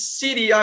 city